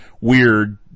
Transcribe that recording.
weird